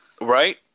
Right